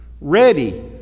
ready